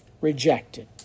rejected